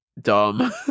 dumb